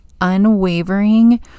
unwavering